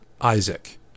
Isaac